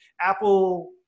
Apple